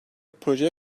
projeye